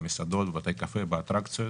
במסעדות, בבתי קפה, באטרקציות